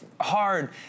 hard